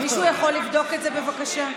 מישהו יכול לבדוק את זה, בבקשה?